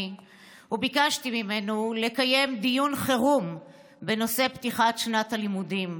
וביקשתי ממנו לקיים דיון חירום בנושא פתיחת שנת הלימודים,